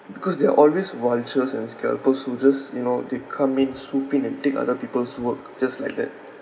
because there are always vultures and scalpers who just you know they come in swoop in and take other people's work just like that